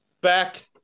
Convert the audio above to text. back